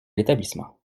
l’établissement